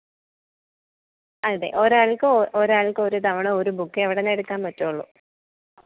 അതെ ഒരാൾക്ക് ഒ ഒരാൾക്ക് ഒരു തവണ ഒരു ബുക്കേ അവിടെ നിന്നെടുക്കാൻ പറ്റുകയുള്ളു